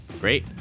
Great